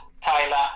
Taylor